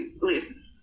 listen